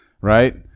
right